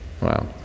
Wow